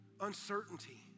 uncertainty